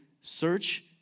search